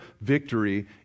victory